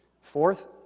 Fourth